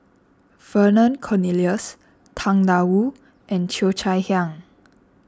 Vernon Cornelius Tang Da Wu and Cheo Chai Hiang